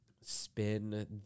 spin